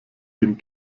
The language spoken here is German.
den